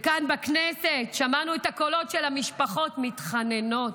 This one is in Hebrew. וכאן בכנסת שמענו את הקולות של המשפחות מתחננות,